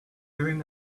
urim